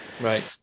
Right